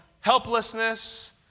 helplessness